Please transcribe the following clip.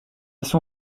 son